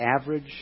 average